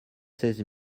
seize